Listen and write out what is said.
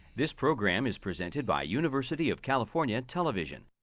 this program is presented by university of california television.